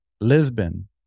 Lisbon